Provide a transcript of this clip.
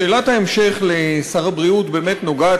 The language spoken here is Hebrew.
שאלת ההמשך לשר הבריאות באמת נוגעת